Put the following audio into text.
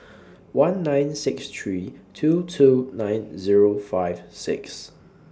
one nine six three two two nine Zero five six